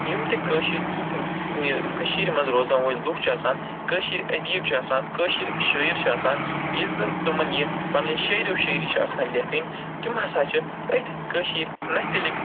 یِم تہِ کٲشِر یِم کٔشیٖر منٛز روزن وٲلۍ لُکھ چھِ آسان کٲشِر ادیٖب چھِ آسان کٲشِر شٲعر چھِ آسان ییٚلہِ زن تِمَن یہِ پَنٕنۍ شٲعرو شٲعری چھِ آسان لٮ۪کھٕنۍ تِم ہسا چھِ أتھۍ کٲشِر نستعلیق